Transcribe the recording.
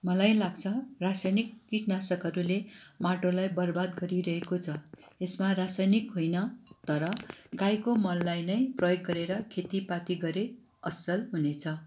मलाई लाग्छ रसायनिक किट नाशकहरूले माटोलाई बर्बाद गरिरहेको छ यसमा रसायनिक होइन तर गाईको मललाई नै प्रयोग गरेर खेतीपाती गरे असल हुनेछ